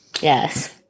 Yes